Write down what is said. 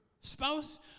spouse